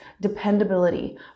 dependability